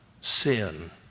sin